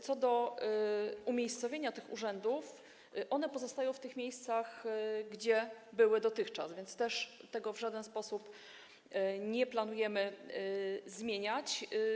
Co do umiejscowienia tych urzędów one pozostają w tych miejscach, gdzie były dotychczas, więc tego w żaden sposób nie planujemy zmieniać.